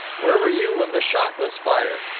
where were you when the shot was fired?